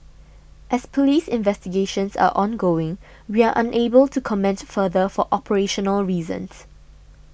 as Police investigations are ongoing we are unable to comment further for operational reasons